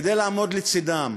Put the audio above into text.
כדי לעמוד לצדם.